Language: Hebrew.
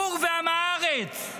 בור ועם הארץ.